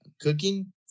cooking